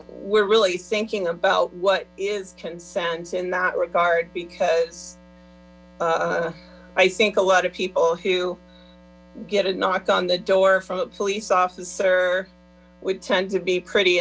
we're really thinking about what is consent in that regard because i think a lot of people who get a knock on the door from a police officer would tend to be pretty